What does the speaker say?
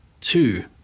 two